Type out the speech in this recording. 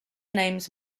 names